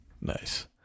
Nice